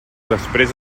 després